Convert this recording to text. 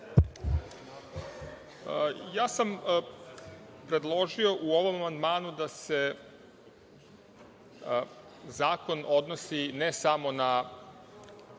Ja sam predložio u ovom amandmanu da se zakon odnosi ne samo na